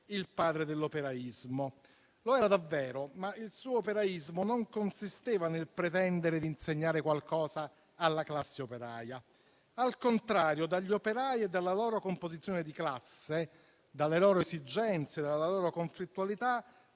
il padre dell'operaismo. Lo era davvero, ma il suo operaismo non consisteva nel pretendere di insegnare qualcosa alla classe operaia; al contrario, dagli operai e dalla loro composizione di classe, dalle loro esigenze, dalla loro conflittualità,